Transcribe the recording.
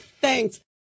Thanks